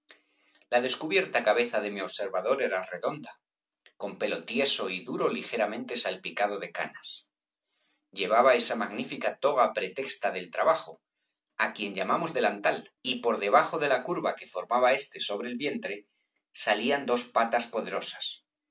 la descubierta cabeza de mi observador era redonda con pelo tieso y duro ligeramente salpicado de canas llevaba esa magnífica toga pretexta del trabajo á quien llamamos delantal y por debajo de la curva que formaba éste sobre el tropiquillos vientre salían dos patas poderosas